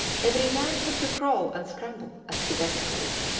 every man had to crawl and scramble as he best could.